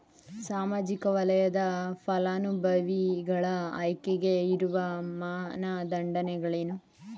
ಸಾಮಾಜಿಕ ವಲಯದ ಫಲಾನುಭವಿಗಳ ಆಯ್ಕೆಗೆ ಇರುವ ಮಾನದಂಡಗಳೇನು?